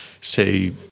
say